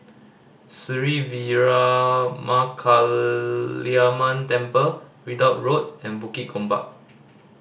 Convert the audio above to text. Sri Veeramakaliamman Temple Ridout Road and Bukit Gombak